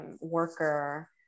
worker